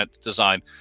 design